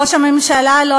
ראש הממשלה,